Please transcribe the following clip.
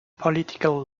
political